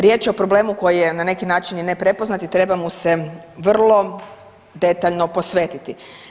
Riječ je o problemu koji je na neki način i neprepoznat i treba mu se vrlo detaljno posvetiti.